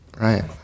right